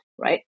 Right